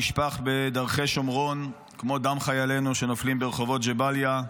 נשפך בדרכי שומרון כמו דם חיילינו שנופלים ברחובות ג'באליה.